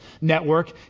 network